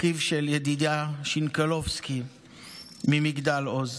אחיו של ידידיה שינקולבסקי ממגדל עוז.